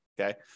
Okay